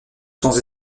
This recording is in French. sans